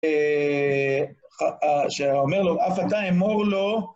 שאומר לו, אף אתה אמור לו